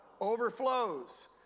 overflows